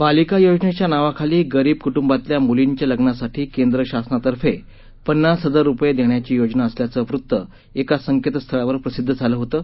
बालिका योजनेच्या नावाखाली गरीब कुटुंबातल्या मुलींच्या लग्नासाठी केंद्र शासनातर्फे पन्नास हजार रूपये देण्याची योजना असल्याचं वृत्त एका संकेतस्थळावर प्रसिद्ध झालं होतं